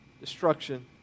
destruction